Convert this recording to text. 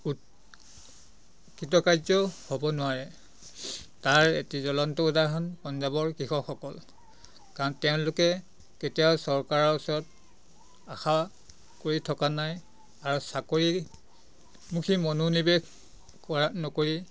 উৎ কৃতকাৰ্যও হ'ব নোৱাৰে তাৰ এটি জ্বলন্ত উদাহৰণ পঞ্জাবৰ কৃষকসকল কাৰণ তেওঁলোকে কেতিয়াও চৰকাৰৰ ওচৰত আশা কৰি থকা নাই আৰু চাকৰিমুখী মনোনিৱেশ কৰা নকৰি